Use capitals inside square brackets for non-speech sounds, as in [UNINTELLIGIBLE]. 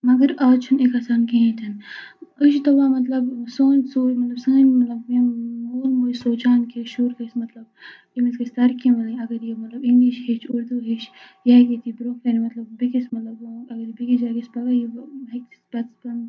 مگر آز چھُنہٕ یہِ گَژھان کِہیٖنۍ تہِ نہٕ أسۍ چھِ دَپان مطلب [UNINTELLIGIBLE] مول موج سوچان کہِ شُر گَژھِ مطلب ییٚمِس گَژھِ ترقی مِلٕنۍ اَگر یہِ مطلب اِنٛگلِش ہیٚچھ اُردو ہیٚچھ یا [UNINTELLIGIBLE] برونٛہہ کَنہِ مطلب بیٚکِس [UNINTELLIGIBLE] اَگر یہِ بیٚکِس جایہِ گژھ [UNINTELLIGIBLE]